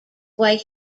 way